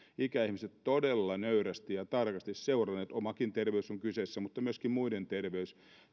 ikäihmiset ovat todella nöyrästi ja ja tarkasti seuranneet omakin terveys on kyseessä mutta myöskin muiden terveys